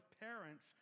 parents